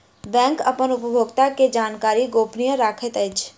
bank अपन उपभोगता के जानकारी गोपनीय रखैत अछि